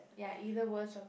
ya either worst or